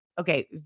Okay